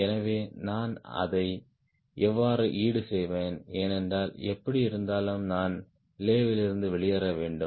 எனவே நான் அதை எவ்வாறு ஈடுசெய்வேன் ஏனென்றால் எப்படியிருந்தாலும் நான் லேவிலிருந்து வெளியேற வேண்டும்